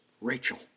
Rachel